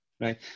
Right